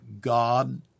God